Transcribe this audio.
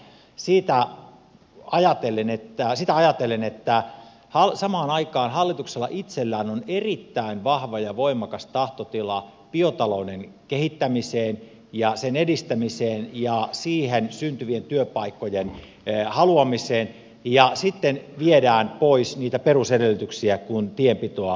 siitä ajattelin että hän sitä ajatellen että samaan aikaan hallituksella itsellään on erittäin vahva ja voimakas tahtotila biotalouden kehittämiseen ja sen edistämiseen ja siihen syntyvien työpaikkojen haluamiseen ja sitten viedään pois niitä perusedellytyksiä kun tienpitoa heikennetään